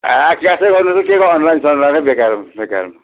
आँ क्यासै गर्नुहोस् हौ के को अनलाइन सनलाइन हौ बेकारमा बेकारमा